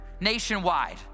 nationwide